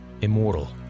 immortal